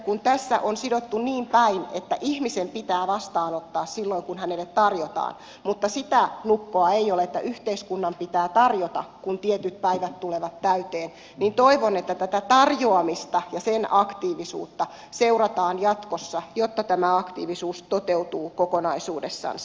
kun tässä on sidottu niin päin että ihmisen pitää vastaanottaa silloin kun hänelle tarjotaan mutta sitä lukkoa ei ole että yhteiskunnan pitää tarjota kun tietyt päivät tulevat täyteen niin toivon että tätä tarjoamista ja sen aktiivisuutta seurataan jatkossa jotta tämä aktiivisuus toteutuu kokonaisuudessansa